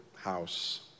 house